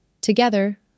Together